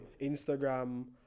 Instagram